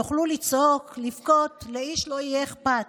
תוכלו לצעוק, לבכות, לאיש לא יהיה אכפת,